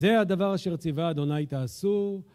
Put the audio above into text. זה הדבר אשר ציווה ה' תעשו